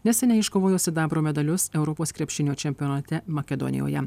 neseniai iškovojo sidabro medalius europos krepšinio čempionate makedonijoje